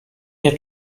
nie